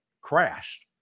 crashed